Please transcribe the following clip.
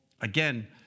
again